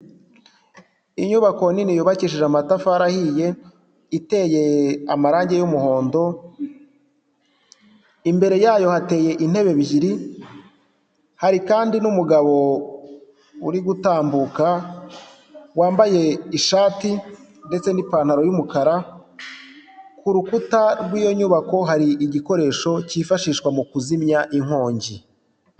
Inyubako nini yubakishije amatafari ahiye, iteye amarange y'umuhondo, imbere yayo hateye intebe ebyiri, hari kandi n'umugabo uri gutambuka, wambaye ishati ndetse n'ipantaro y'umukara, ku rukuta rw'iyo nyubako hari igikoresho kifashishwa mu kuzimya inkongi.